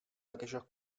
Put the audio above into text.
aquellos